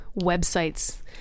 websites